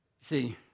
See